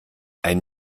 ein